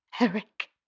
Eric